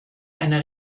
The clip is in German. einer